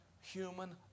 Human